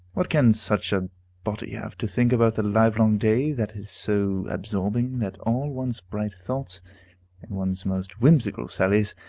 what can such a body have to think about the livelong day that is so absorbing that all one's bright thoughts, and one's most whimsical sallies,